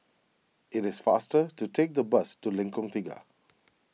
it is faster to take the bus to Lengkong Tiga